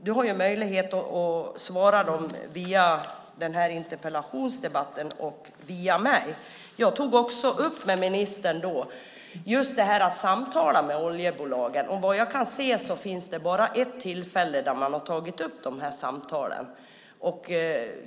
Du har möjlighet att svara dem via den här interpellationsdebatten och via mig. Jag tog också upp med ministern detta med att samtala med oljebolagen, och vad jag kan se finns det bara ett tillfälle då de här samtalen har tagits upp.